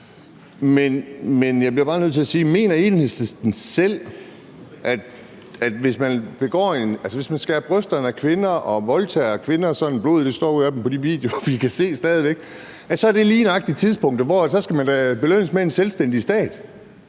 Men jeg bliver bare nødt til at spørge: Mener Enhedslisten selv, at hvis man skærer brysterne af kvinder og voldtager kvinder, sådan at blodet står ud af dem på de videoer, vi stadig væk kan se, så er det lige nøjagtig tidspunktet, hvor man da så skal belønnes med en selvstændig stat?